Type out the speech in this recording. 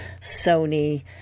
Sony